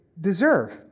deserve